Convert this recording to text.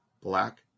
black